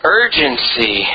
urgency